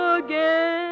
again